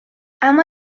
اما